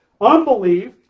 Unbelief